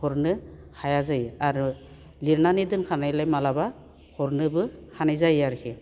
हरनो हाया जायो आरो लिरनानै दोनखानायलाय माब्लाबा हरनोबो हानाय जायो आरोखि